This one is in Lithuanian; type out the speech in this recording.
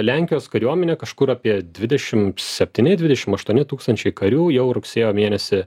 lenkijos kariuomenė kažkur apie dvidešim septyni dvidešim aštuoni tūkstančiai karių jau rugsėjo mėnesį